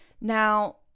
Now